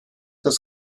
das